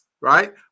right